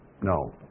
No